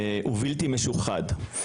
ובלתי משוחד,